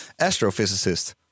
astrophysicist